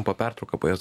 po pertrauką po jos